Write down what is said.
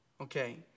Okay